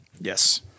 Yes